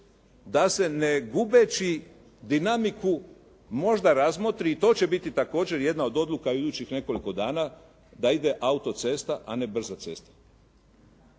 da se ne gubeći dinamiku možda razmotri i to će biti također jedna od odluka u idućih nekoliko dana da ide autocesta a ne brza cesta.